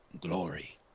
Glory